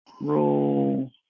roll